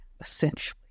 essentially